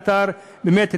באמת,